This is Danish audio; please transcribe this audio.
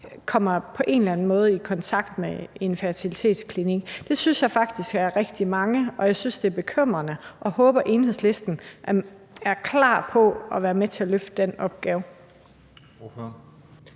barn på en eller anden måde kommer i kontakt med en fertilitetsklinik. Det synes jeg faktisk er rigtig mange, og jeg synes, det er bekymrende, og jeg håber, at Enhedslisten er klar på at være med til at løfte den opgave.